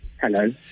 Hello